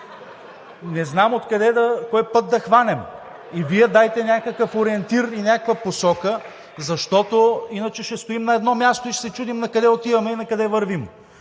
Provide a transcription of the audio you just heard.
Не знам кой път да хванем. И Вие дайте някакъв ориентир и някаква посока, защото иначе ще стоим на едно място и ще се чудим накъде отиваме и накъде вървим.